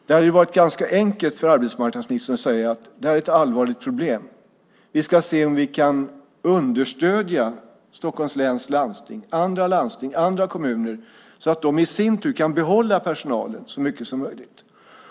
Det hade varit ganska enkelt för arbetsmarknadsministern att säga: Det här är ett allvarligt problem. Vi ska se om vi kan understödja Stockholms läns landsting, andra landsting och andra kommuner så att de i sin tur kan behålla personalen så långt det är möjligt.